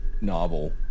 novel